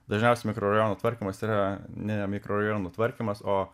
dažniausiai mikrorajonų tvarkymas yra ne mikrorajonų tvarkymas o